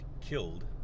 killed